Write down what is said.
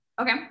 Okay